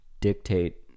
dictate